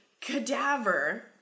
cadaver